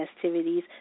festivities